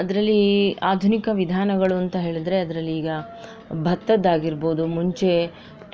ಅದರಲ್ಲಿ ಆಧುನಿಕ ವಿಧಾನಗಳು ಅಂತ ಹೇಳಿದ್ರೆ ಅದರಲ್ಲೀಗ ಭತ್ತದ್ದಾಗಿರ್ಬೋದು ಮುಂಚೆ